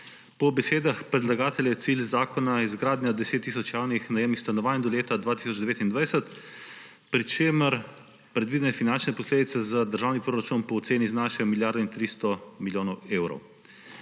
Po besedah predlagatelja je cilj zakona izgradnja 10 tisoč javnih najemnih stanovanj do leta 2029, pri čemer predvidene finančne posledice za državni proračun po oceni znašajo milijardo in 300 milijonov evrov.